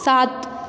सात